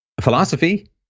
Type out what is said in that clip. Philosophy